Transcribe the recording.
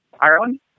Ireland